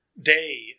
day